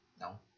No